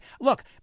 Look